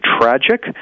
tragic